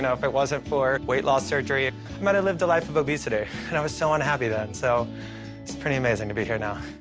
if it wasn't for weight loss surgery, i might've lived a life of obesity. and i was so unhappy then, so it's pretty amazing to be here now.